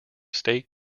state